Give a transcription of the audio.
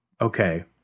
Okay